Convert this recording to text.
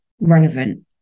relevant